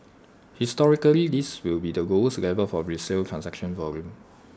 historically this will be lowest level for resale transaction volume